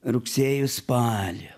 rugsėjo spalį